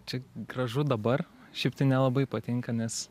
čia gražu dabar šiaip tai nelabai patinka nes